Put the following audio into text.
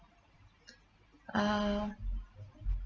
uh